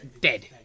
Dead